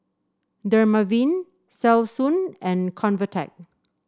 Dermaveen Selsun and Convatec